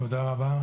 תודה רבה.